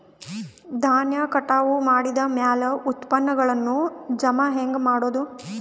ಧಾನ್ಯ ಕಟಾವು ಮಾಡಿದ ಮ್ಯಾಲೆ ಉತ್ಪನ್ನಗಳನ್ನು ಜಮಾ ಹೆಂಗ ಮಾಡೋದು?